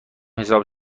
حساب